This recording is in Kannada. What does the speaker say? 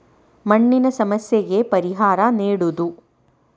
ಮಣ್ಣಿನ ಸಮಸ್ಯೆಗೆ ಪರಿಹಾರಾ ನೇಡುದು